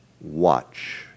watch